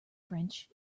french